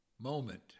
Moment